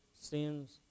sins